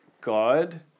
God